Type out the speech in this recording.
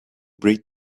breed